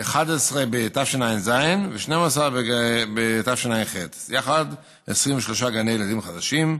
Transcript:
11 בתשע"ז ו-12 בתשע"ח, יחד 23 גני ילדים חדשים,